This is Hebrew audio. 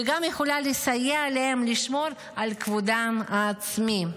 וגם יכולה לסייע להם לשמור על כבודם העצמי.